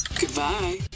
goodbye